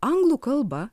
anglų kalba